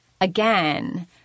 again